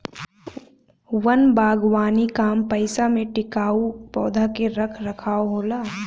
वन बागवानी कम पइसा में टिकाऊ पौधा के रख रखाव होला